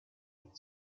den